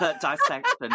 dissection